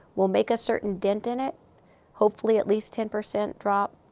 we'll make a certain dent in it hopefully at least ten percent drop,